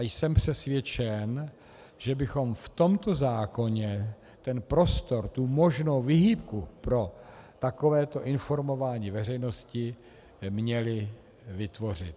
Jsem přesvědčen, že bychom v tomto zákoně prostor, možnou výhybku pro takovéto informování veřejnosti měli vytvořit.